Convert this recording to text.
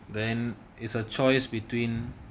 then it's a choice between